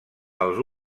els